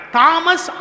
Thomas